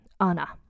Anna